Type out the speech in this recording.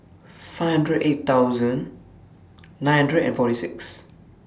five hundred eight thousand nine hundred and forty six